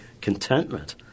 contentment